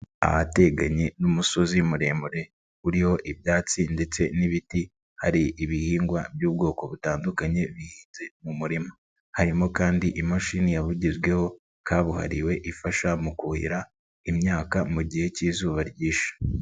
Ahateganye n'umusozi muremure uriho ibyatsi ndetse n'ibiti hari ibihingwa by'ubwoko butandukanye bihinze mu murima, harimo kandi imashini yabugezweho kabuhariwe ifasha mu kuhira imyaka mu gihe cy'izuba ryinshi.